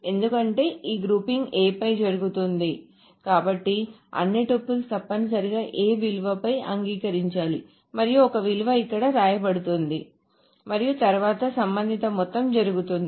ఎందుకంటే ఈ grouping A పై జరుగుతుంది కాబట్టి అన్ని టుపుల్స్ తప్పనిసరిగా A విలువపై అంగీకరించాలి మరియు ఒక విలువ ఇక్కడ వ్రాయబడుతుంది మరియు తరువాత సంబంధిత మొత్తం జరుగుతుంది